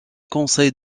conseil